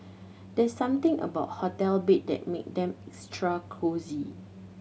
there's something about hotel bed that make them extra cosy